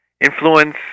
influence